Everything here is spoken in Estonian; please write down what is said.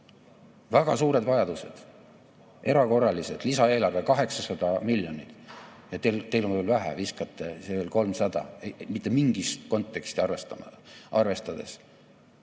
Väga suured vajadused, erakorralised. Lisaeelarve 800 miljonit. Teil on veel vähe, viskate veel 300, mitte mingit konteksti arvestades.